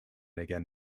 again